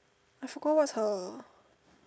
I forgot what's her